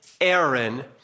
Aaron